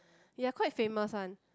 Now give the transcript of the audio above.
ya quite famous one